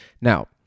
Now